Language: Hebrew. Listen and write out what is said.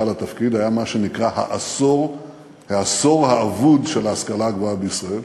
לתפקיד היה מה שנקרא "העשור האבוד של ההשכלה הגבוהה בישראל",